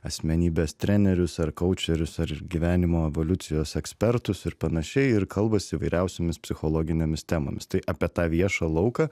asmenybės trenerius ar koučerius ar gyvenimo evoliucijos ekspertus ir panašiai ir kalbasi geriausiomis psichologinėmis temomis tai apie tą viešą lauką